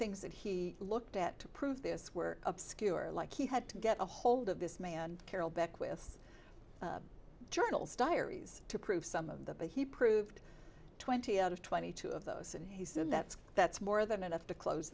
things that he looked at to prove this were obscure like he had to get a hold of this man carol beckwith journals diaries to prove some of them but he proved twenty out of twenty two of those and he said that that's more than enough to close